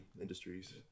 industries